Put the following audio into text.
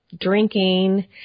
drinking